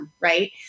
right